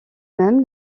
même